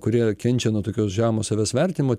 kurie kenčia nuo tokio žemo savęs vertinimo